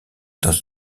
dans